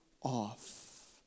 off